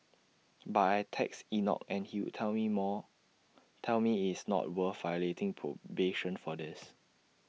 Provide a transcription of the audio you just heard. but I'd text Enoch and he'd tell me more tell me IT is not worth violating probation for this